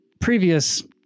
previous